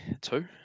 Two